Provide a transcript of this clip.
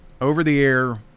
over-the-air